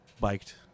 biked